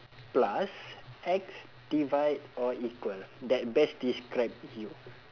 plus X divide or equal that best describe you